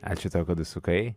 ačiū tau kad užsukai